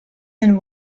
and